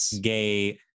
gay